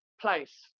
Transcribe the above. place